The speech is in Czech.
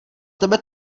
tebe